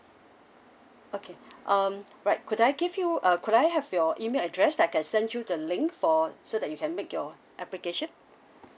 okay um right could I give you uh could I have your email address like I send you the link for so that you can make your application